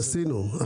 עשינו.